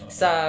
sa